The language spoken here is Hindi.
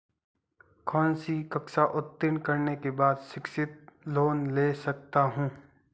कौनसी कक्षा उत्तीर्ण करने के बाद शिक्षित लोंन ले सकता हूं?